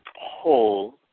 whole